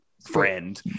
friend